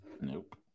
Nope